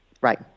right